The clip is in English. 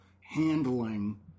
handling